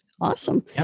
Awesome